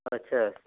अच्छा अच्छा